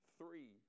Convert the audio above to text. three